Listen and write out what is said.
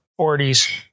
40s